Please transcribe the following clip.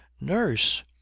nurse